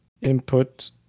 input